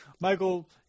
Michael